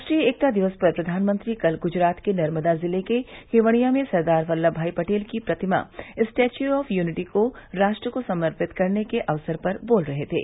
राष्ट्रीय एकता दिवस पर प्रधानमंत्री कल गुजरात के नर्मदा जिले के केवडियां में सरदार वल्लभभाई पटेल की प्रतिमा स्टेच्यू ऑफ यूनिटी को राष्ट्र को समर्पित करने के अवसर पर बोल रहे थे